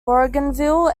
bougainville